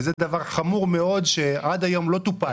וזה דבר חמור מאוד שעד היום לא טופל.